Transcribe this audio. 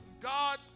God